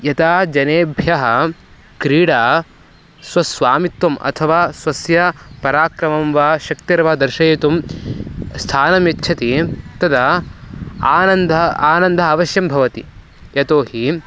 यथा जनेभ्यः क्रीडा स्वस्वामित्वम् अथवा स्वस्य पराक्रमं वा शक्तिर्वा दर्शयितुं स्थानं यच्छति तदा आनन्दः आनन्दः अवश्यं भवति यतोहि